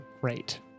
great